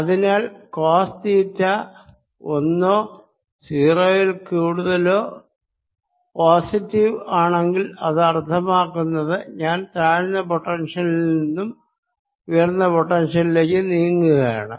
അതിനാൽ cos theta ഒന്നോ 0 യിൽ കൂടുതലോ പോസിറ്റീവ് ആണെങ്കിൽ അത് അർത്ഥമാക്കുന്നത് ഞാൻ താഴ്ന്ന പൊട്ടൻഷ്യലിൽ നിന്നും ഉയർന്ന പൊട്ടൻഷ്യലിലേക്ക് നീങ്ങുകയാണ്